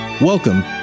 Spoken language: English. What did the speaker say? Welcome